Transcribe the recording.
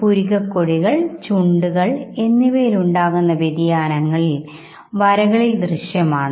സാമൂഹികമായ സൂചനകൾ അവ മുഖത്തിന്റെ വലതുഭാഗത്ത് ആയിരിക്കും കൂടുതൽ വ്യക്തമാകുന്നത്